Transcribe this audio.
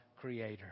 Creator